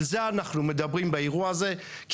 על זה אנחנו מדברים באירוע הזה,